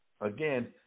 Again